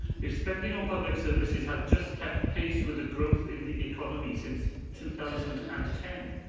if spending on public services had just kept pace with the growth in the economy since two thousand and ten,